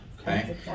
okay